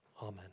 Amen